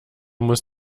muss